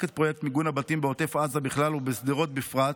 את פרויקט מיגון הבתים בעוטף עזה בכלל ובשדרות בפרט.